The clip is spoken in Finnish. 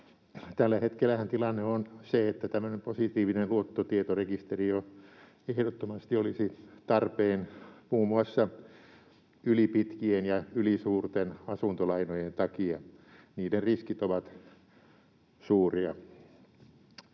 Tällä hetkellähän tilanne on se, että tämmöinen positiivinen luottotietorekisteri ehdottomasti olisi jo tarpeen muun muassa ylipitkien ja ylisuurten asuntolainojen takia. Niiden riskit ovat suuria.